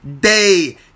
day